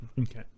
Okay